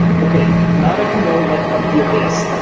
ok. now that you know what puppeteer is,